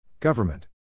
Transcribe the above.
Government